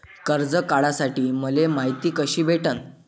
कर्ज काढासाठी मले मायती कशी भेटन?